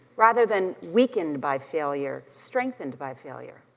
rather than weakened by failure, strengthened by failure.